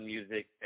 Music